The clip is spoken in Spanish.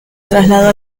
trasladó